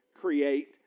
create